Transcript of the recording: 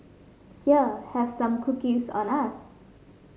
here have some cookies on us